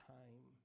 time